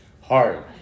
Hard